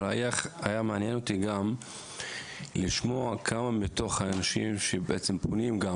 אבל היה מעניין אותי גם לשמוע כמה מתוך האנשים שבעצם פונים גם